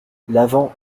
l’avant